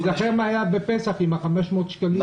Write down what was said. תיזכר מה היה בפסח עם ה-500 שקלים.